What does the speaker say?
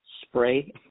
spray